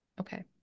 Okay